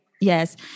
Yes